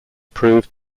proved